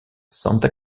santa